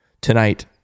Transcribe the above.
Tonight